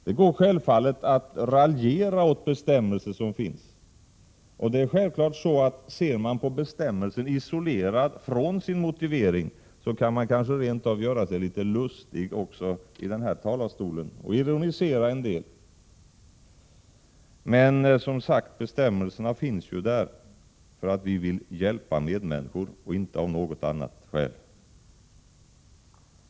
Det går självfallet att raljera över bestämmelser som finns, och om man ser på en bestämmelse isolerad från sin motivering kan man kanske rent av göra sig litet lustig också i denna talarstol och ironisera en del. Som sagt, bestämmelserna finns ju där för att vi vill hjälpa medmänniskor och inte av något annat skäl.